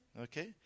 Okay